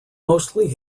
mostly